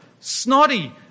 Snotty